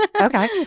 Okay